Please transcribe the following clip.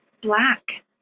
Black